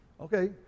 Okay